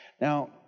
Now